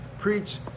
Preach